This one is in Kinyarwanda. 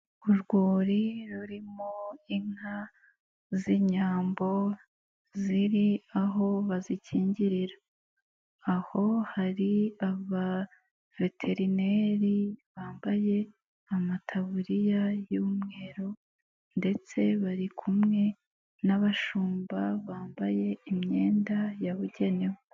Urwuri rurimo inka z'inyambo, ziri aho bazikingirira, aho hari abaveterineri bambaye amataburiya y'umweru ndetse bari kumwe n'abashumba bambaye imyenda yabugenewe.